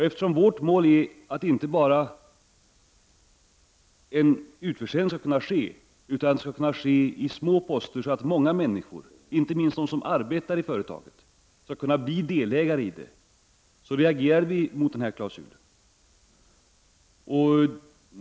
Eftersom vårt mål är, inte bara att en utförsäljning skall ske, utan att en utförsäljning skall kunna ske i små poster för att många människor — inte minst de som arbetar i företaget — skall kunna bli delägare, reagerar vi mot denna klausul.